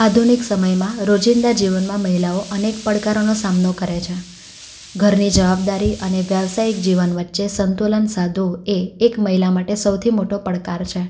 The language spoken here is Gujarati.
આધુનિક સમયમાં રોજિંદા જીવનમાં મહિલાઓ અનેક પડકારોનો સામનો કરે છે ઘરની જવાબદારી અને વ્યવસાયિક જીવન વચ્ચે સંતુલન સાધવું એ એક મહિલા માટે સૌથી મોટો પડકાર છે